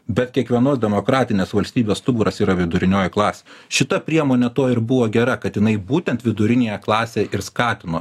bet kiekvienos demokratinės valstybės stuburas yra vidurinioji klasė šita priemonė tuo ir buvo gera kad jinai būtent viduriniąją klasę ir skatino